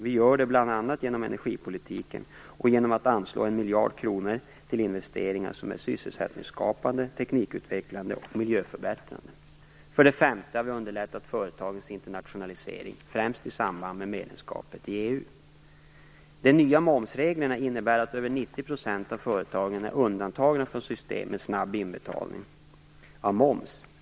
Vi gör det bl.a. genom engergipolitiken och genom att anslå 1 miljard kronor till investeringar som är sysselsättningsskapande, teknikutvecklande och miljöförbättrande. För det femte har vi underlättat företagens internationalisering, främst i samband med medlemskapet i EU. De nya momsreglerna innebär att över 90 % av företagen är undantagna från systemet med snabb inbetalning av moms.